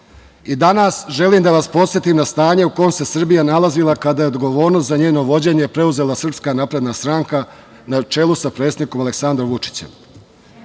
i danas želim da vas podsetim na stanje u kom se Srbija nalazila kada je odgovornost za njeno vođenje preuzela SNS na čelu sa predsednikom Aleksandrom Vučićem.